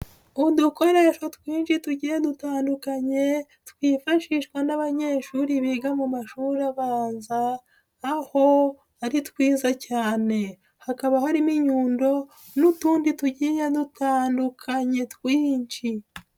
Udukoresho twinshi tugiye dutandukanye, twifashishwa n'abanyeshuri biga mu mashuri abanza, aho ari twiza cyane. Hakaba harimo inyundo n'utundi tugiye dutandukanye twinshi.